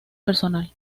personal